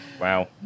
Wow